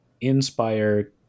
inspire